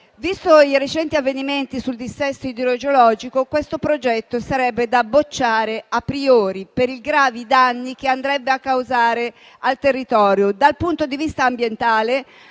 Visti i recenti avvenimenti sul dissesto idrogeologico, questo progetto sarebbe da bocciare *a priori,* per i gravi danni che andrebbe a causare al territorio. Dal punto di vista ambientale